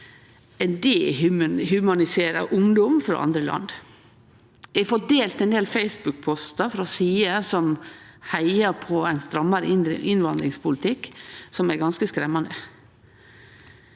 der ein dehumaniserer ungdom frå andre land. Eg har fått delt ein del Facebook-postar frå sider som heiar på ein strammare innvandringspolitikk, som er ganske skremmande.